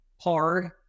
hard